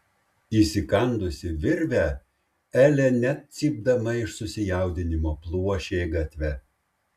įsikandusi virvę elė net cypdama iš susijaudinimo pluošė gatve